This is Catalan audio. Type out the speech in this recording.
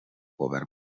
govern